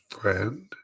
friend